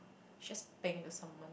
just bang into someone